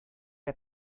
der